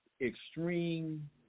extreme